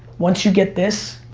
once you get this,